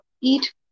eat